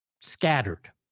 scattered